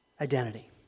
identity